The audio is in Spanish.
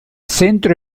centro